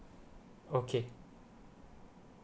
okay